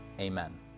amen